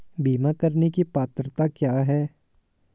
बीमा करने की पात्रता क्या है?